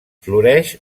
floreix